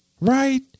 right